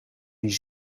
die